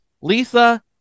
Lisa